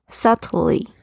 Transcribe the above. subtly